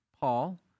Paul